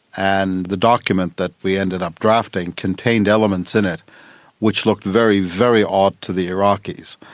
and the document that we ended up drafting contained elements in it which looked very, very odd to the iraqis.